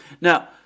Now